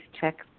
check